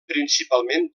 principalment